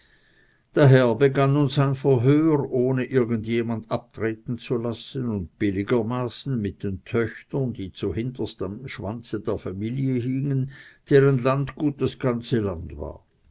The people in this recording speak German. herr begann nun sein verhör ohne irgend jemand abtreten zu lassen und billigermaßen mit den töchtern die zu hinterst am schwanze der familien hingen deren landgut das ganze land war